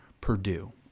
Purdue